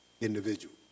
individual